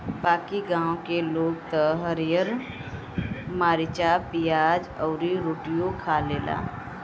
बाकी गांव के लोग त हरिहर मारीचा, पियाज अउरी रोटियो खा लेला